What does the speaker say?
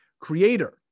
creator